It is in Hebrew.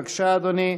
בבקשה, אדוני.